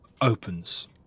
opens